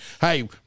Hey